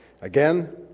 Again